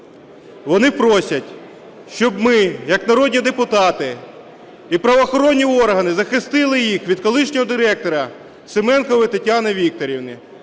Вони просять, щоб ми як народні депутати і правоохоронні органи захистили їх від колишнього директора Семенкової Тетяни Вікторівни,